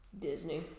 Disney